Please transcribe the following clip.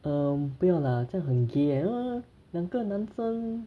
err 不用啦这样很 gay leh you know 整个人生